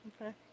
Okay